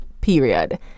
period